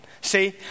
See